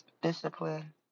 Discipline